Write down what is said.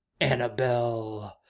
Annabelle